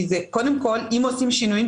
כי אם עושים שינויים,